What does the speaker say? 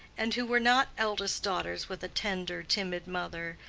and who were not eldest daughters with a tender, timid mother,